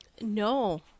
No